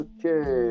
Okay